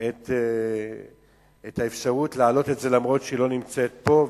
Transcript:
את האפשרות להעלות את זה אף-על-פי שהיא לא נמצאת פה,